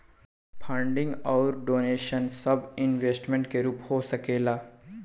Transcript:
funding अउर donation सब investment के रूप में हो सकेला